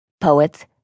Poets